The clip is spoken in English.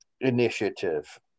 initiative